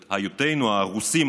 את היותנו הרוסים,